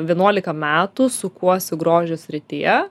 vienuolika metų sukuosi grožio srityje